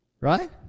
Right